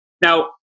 Now